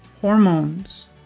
hormones